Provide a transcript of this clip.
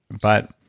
but